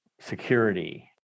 security